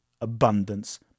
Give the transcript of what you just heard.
abundance